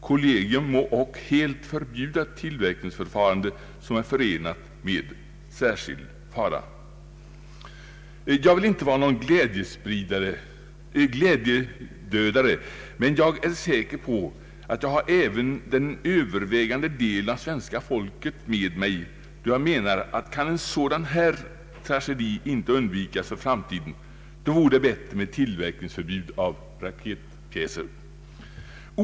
Kollegium må ock helt förbjuda tillverkningsförfarande, som är förenat med särskild fara.” Jag vill inte vara någon glädjedödare, men jag är säker på att jag har den övervägande delen av svenska folket med mig då jag anser att om en sådan här tragedi inte kan undvikas för framtiden så är det bättre med ett förbud mot tillverkning av raketpjäser.